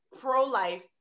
pro-life